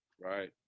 right